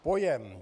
Pojem...